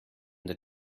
the